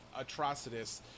Atrocitus